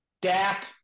Dak